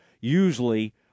usually